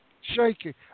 Shaky